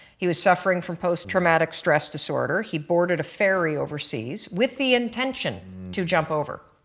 he was suffering from post-traumatic stress disorder, he boarded a ferry overseas with the intention to jump over.